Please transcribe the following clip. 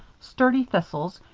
sturdy thistles,